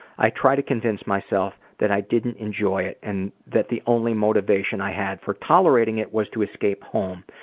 i try to convince myself that i didn't enjoy it and that the only motivation i had for tolerating it was to escape home.